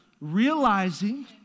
Realizing